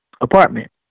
apartment